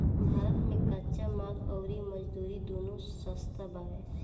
भारत मे कच्चा माल अउर मजदूरी दूनो सस्ता बावे